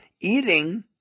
eating